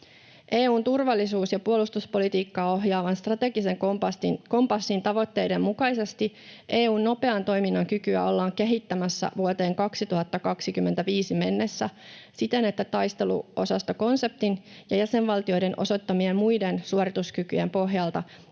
EU:n turvallisuus- ja puolustuspolitiikkaa ohjaavan strategisen kompassin tavoitteiden mukaisesti EU:n nopean toiminnan kykyä ollaan kehittämässä vuoteen 2025 mennessä siten, että taisteluosastokonseptin ja jäsenvaltioiden osoittamien muiden suorituskykyjen pohjalta